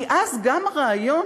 כי אז גם הרעיון,